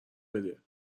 بده